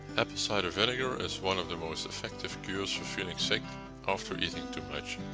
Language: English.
apple cider vinegar is one of the most effective cures for feeling sick after eating too much.